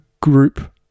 group